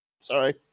Sorry